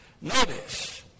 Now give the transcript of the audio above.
Notice